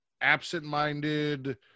absent-minded